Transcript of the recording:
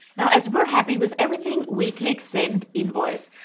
now, as we're happy with everything we click send invoice.